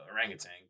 orangutan